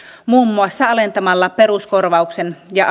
muun muassa alentamalla peruskorvauksen ja